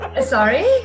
Sorry